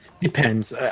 Depends